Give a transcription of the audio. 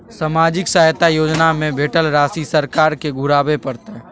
सामाजिक सहायता योजना में भेटल राशि सरकार के घुराबै परतै?